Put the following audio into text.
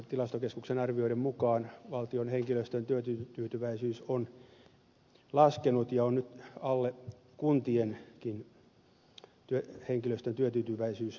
tilastokeskuksen arvioiden mukaan valtion henkilöstön työtyytyväisyys on laskenut ja on nyt alle kuntienkin henkilöstön työtyytyväisyystason